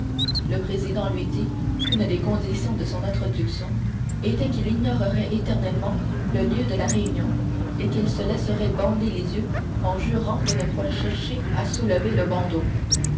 le président lui dit qu'une des conditions de son introduction était qu'il ignorerait éternellement le lieu de la réunion et qu'il se laisserait bander les yeux en jurant de ne point chercher à soulever le bandeau